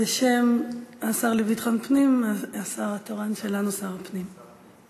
בשם השר לביטחון פנים השר התורן שלנו, שר הפנים.